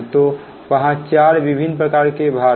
तो वहाँ 4 विभिन्न प्रकार के भार हैं